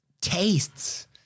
tastes